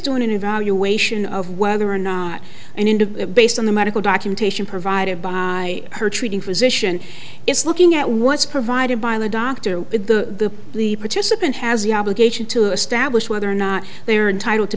doing an evaluation of whether or not and into based on the medical documentation provided by her treating physician it's looking at once provided by the doctor to the participant has the obligation to establish whether or not they are entitled to